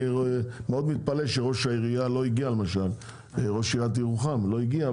אני מאוד מתפלא שראש עיריית ירוחם לא הגיעה,